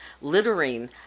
littering